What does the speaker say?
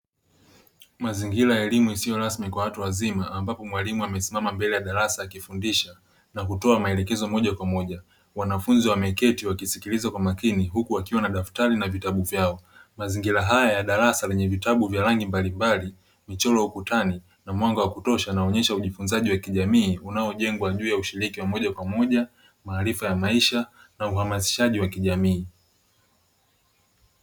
Mazingira ya elimu isiyo rasmi kwa watu wazima ambapo mwalimu amesimama mbele ya darasa akifundisha na kutoa maelekezo moja kwa moja. Wanafunzi wameketi wakisikiliza kwa makini huku wakiwa na daftari na vitabu vyao. Mazingira haya ya darasa lenye vitabu vya rangi mbalimbali, michoro ukutani na mwanga wa kutosha unaonyesha ujifunzaji wa kijamii unaojengwa juu ya ushirikki wamoja kwa moja, maarifa ya maisha na uhamasishaji wa kijamii.